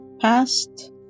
past